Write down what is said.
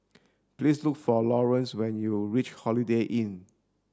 please look for Lawrence when you reach Holiday Inn